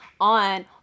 on